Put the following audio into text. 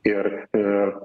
ir ir